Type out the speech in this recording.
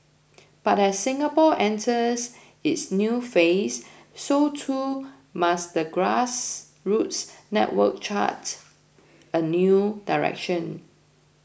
but as Singapore enters its new phase so too must the grassroots network chart a new direction